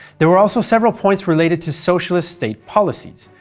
there were also several points related to socialist state policies,